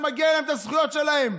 שמגיעות להם הזכויות שלהם.